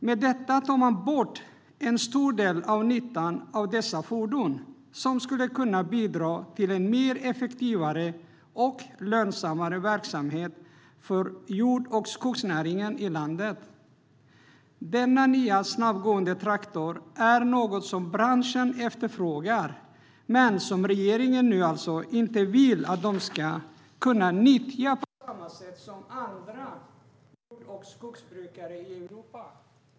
Med detta tar man bort en stor del av nyttan av ett fordon som skulle kunna bidra till en effektivare och lönsammare verksamhet för jord och skogsnäringen i landet. Denna nya snabbgående traktor är något som branschen efterfrågar men som regeringen alltså inte vill att man ska kunna nyttja på samma sätt som jord och skogsbrukare i övriga Europa kan göra.